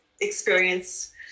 experience